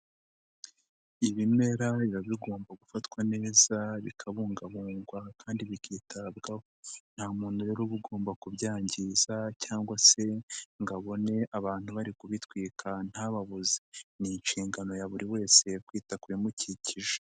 Ibimera biba bigomba gufatwa neza bikabungabungwa kandi bikitabwaho, nta muntu rero uba ugomba kubyangiza cyangwa se ngo abone abantu bari kubitwika ntababuze, ni inshingano ya buri wese kwita ku bimukikije.